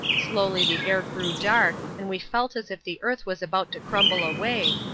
slowly the air grew dark, and we felt as if the earth was about to crumble away,